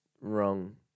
wrong